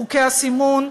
חוקי הסימון,